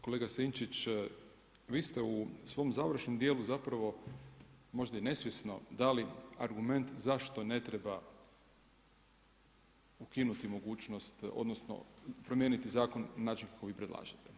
Kolega Sinčić, vi ste u svom završnom dijelu zapravo, možda i nesvjesno dali argument zašto ne treba ukinuti mogućnost, odnosno, promijeniti zakon i način koji predlažete.